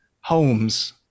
homes